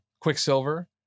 Quicksilver